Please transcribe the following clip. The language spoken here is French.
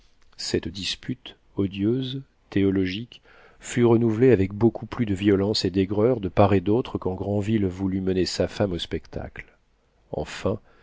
cette dispute odieuse théologique fut renouvelée avec beaucoup plus de violence et d'aigreur de part et d'autre quand granville voulut mener sa femme au spectacle enfin